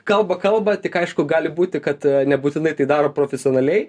kalba kalba tik aišku gali būti kad nebūtinai tai daro profesionaliai